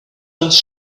does